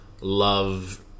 love